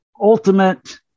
ultimate